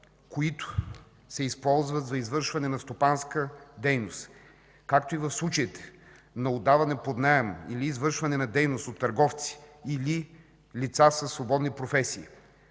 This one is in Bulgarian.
които се използват за извършване на стопанска дейност, както и в случаите на отдаване под наем или извършване на дейност от търговци или лица със свободни професии,